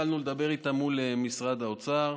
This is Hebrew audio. התחלנו לדבר עליהם עם משרד האוצר.